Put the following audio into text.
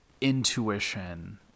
intuition